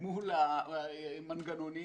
מול המנגנונים